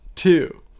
Two